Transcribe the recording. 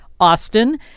Austin